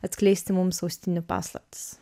atskleisti mums austinių paslaptis